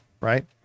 right